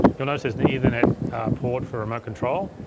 you'll notice there's an ethernet port for remote control.